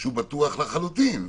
שהוא בטוח לחלוטין.